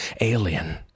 Alien